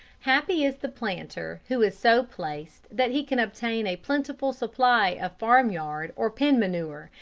happy is the planter who is so placed that he can obtain a plentiful supply of farmyard or pen manure,